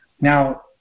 Now